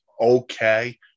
okay